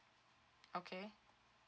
okay